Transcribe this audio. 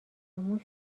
موش